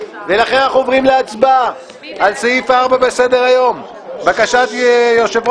ולכן אנחנו עוברים להצבעה על סעיף 4 בסדר-היום: בקשת יושב-ראש